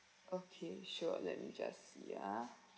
okay sure let me just see ah